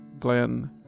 Glenn